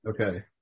Okay